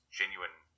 genuine